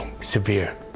severe